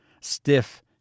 Stiff